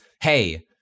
hey